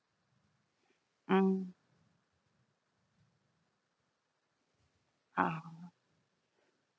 mm ah